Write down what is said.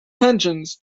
pensions